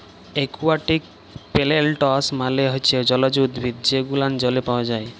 aquatic plants মালে হচ্যে জলজ উদ্ভিদ যে গুলান জলে পাওয়া যায়